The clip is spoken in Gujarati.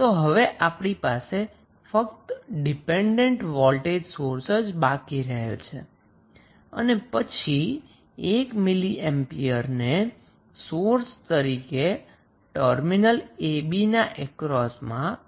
તો હવે આપણી પાસે ફક્ત ડિપેન્ડન્ટ વોલ્ટેજ સોર્સ જ બાકી રહેલ છે અને પછી 1 મિલિ એમ્પિયર ને સોર્સ તરીકે ટર્મિનલ ab ના અક્રોસમાં